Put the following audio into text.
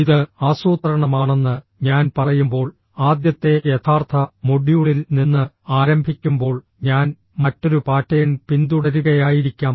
ഇത് ആസൂത്രണമാണെന്ന് ഞാൻ പറയുമ്പോൾ ആദ്യത്തെ യഥാർത്ഥ മൊഡ്യൂളിൽ നിന്ന് ആരംഭിക്കുമ്പോൾ ഞാൻ മറ്റൊരു പാറ്റേൺ പിന്തുടരുകയായിരിക്കാം